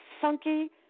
funky